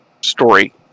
story